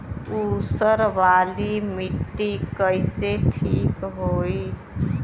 ऊसर वाली मिट्टी कईसे ठीक होई?